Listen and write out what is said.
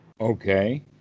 Okay